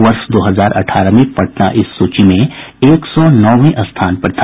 वर्ष दो हजार अठारह में पटना इस सूची में एक सौ नौवें स्थान पर था